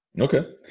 Okay